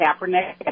Kaepernick